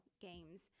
games